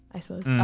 i suppose,